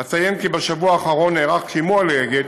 אציין כי בשבוע האחרון נערך שימוע ל"אגד"